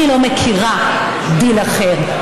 אני לא מכירה דיל אחר.